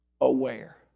aware